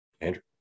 Andrew